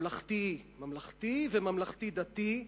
ממלכתי וממלכתי-דתי,